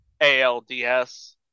ALDS